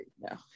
No